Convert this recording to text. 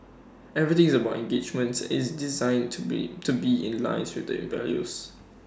everything is about engagements is designed to be to be in line with its values